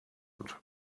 hand